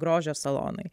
grožio salonai